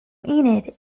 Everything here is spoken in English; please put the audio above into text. enid